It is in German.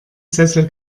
sessel